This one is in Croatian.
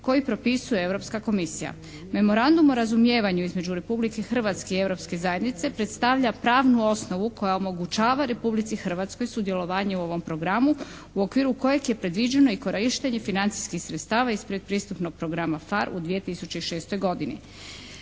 koji propisuje Europska komisija. Memorandum o razumijevanju između Republike Hrvatske i Europske zajednice predstavlja pravnu osnovu koja omogućava Republici Hrvatskoj sudjelovanje u ovom programu u okviru kojeg je predviđeno i korištenje financijskih sredstava ispred pristupnog programa PHARE u 2006. godini.